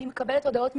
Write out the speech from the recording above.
אני מקבלת הודעות מכולם,